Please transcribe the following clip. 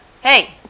hey